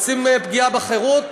רוצים פגיעה בחירות?